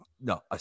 no